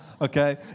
Okay